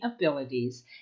abilities